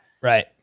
Right